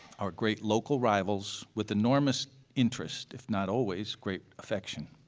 our great local rivals, with enormous interest if not always great affection.